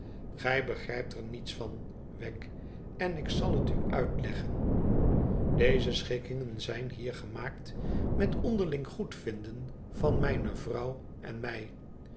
gij begrijpt er niets van wegg en ik zal het u uitleggen deze schikkingen zijn luer gemaakt met onderling goedvinden van mijne vrouw en mij